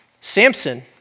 Samson